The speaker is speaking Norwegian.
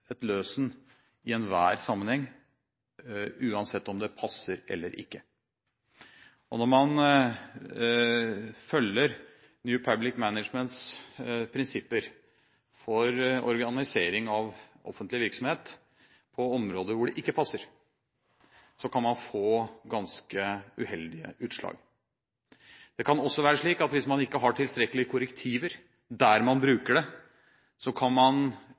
et løsen i enhver sammenheng, uansett om det passer eller ikke. Når man følger New Public Managements prinsipper for organisering av offentlig virksomhet på områder hvor det ikke passer, kan man få ganske uheldige utslag. Det kan også være slik at hvis man ikke har tilstrekkelige korrektiver der man bruker det, kan man